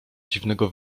dziwnego